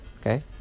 Okay